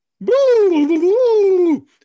Boo